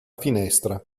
finestra